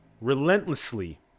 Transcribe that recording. relentlessly